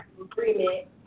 agreement